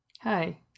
Hi